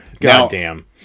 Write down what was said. goddamn